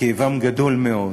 וכאבם גדול מאוד